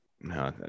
No